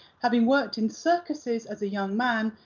having worked in circuses as a young man,